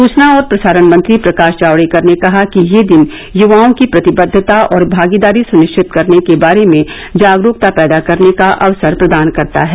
सूचना और प्रसारण मंत्री प्रकाश जावड़ेकर ने कहा कि यह दिन युवाओं की प्रतिबद्वता और भागीदारी सुनिश्चित करने के बारे में जागरूकता पैदा करने का अवसर प्रदान करता है